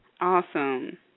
Awesome